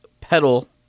pedal